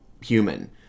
human